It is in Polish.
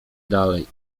dalej